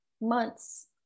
months